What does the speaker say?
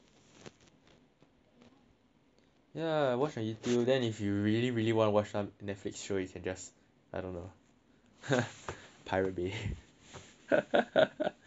ya watch on Youtube then if you really really want to watch it some Netflix show you can just I don't know pirate bay should I be saying that